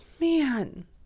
man